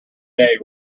day